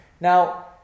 Now